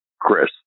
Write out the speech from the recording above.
Chris